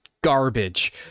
garbage